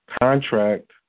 Contract